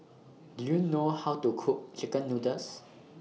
Do YOU know How to Cook Chicken Noodles